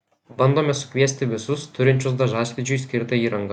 bandome sukviesti visus turinčius dažasvydžiui skirtą įrangą